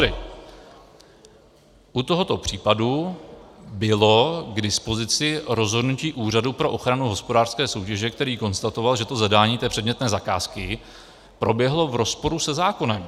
U tohoto případu bylo k dispozici rozhodnutí Úřadu pro ochranu hospodářské soutěže, který konstatoval, že to zadání předmětné zakázky proběhlo v rozporu se zákonem.